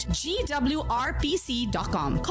gwrpc.com